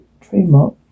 trademark